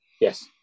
Yes